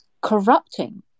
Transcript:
corrupting